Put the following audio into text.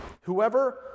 Whoever